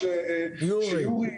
יורי,